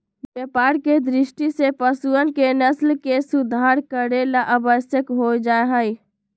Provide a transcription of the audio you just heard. व्यापार के दृष्टि से पशुअन के नस्ल के सुधार करे ला आवश्यक हो जाहई